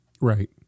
Right